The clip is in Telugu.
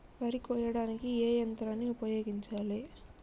వరి కొయ్యడానికి ఏ యంత్రాన్ని ఉపయోగించాలే?